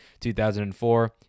2004